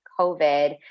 COVID